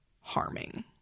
harming